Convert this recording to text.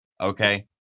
okay